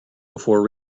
before